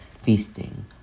feasting